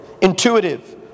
intuitive